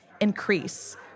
increase